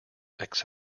etc